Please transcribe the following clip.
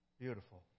Beautiful